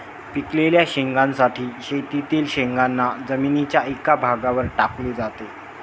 पिकलेल्या शेंगांसाठी शेतातील शेंगांना जमिनीच्या एका भागावर टाकले जाते